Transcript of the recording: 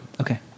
Okay